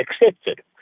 accepted